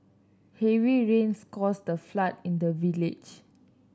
heavy rains caused a flood in the village